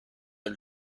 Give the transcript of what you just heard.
are